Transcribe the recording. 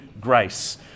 grace